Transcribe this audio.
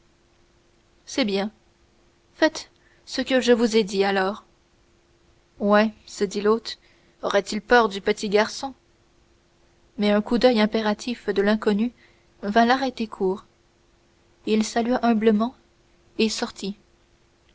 c'est bien faites ce que je vous ai dit alors ouais se dit l'hôte aurait-il peur du petit garçon mais un coup d'oeil impératif de l'inconnu vint l'arrêter court il salua humblement et sortit